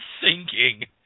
sinking